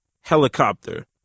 helicopter